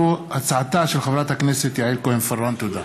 תודה.